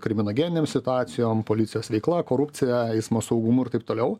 kriminogeninėm situacijom policijos veikla korupcija eismo saugumu ir taip toliau